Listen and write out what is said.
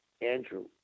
Andrew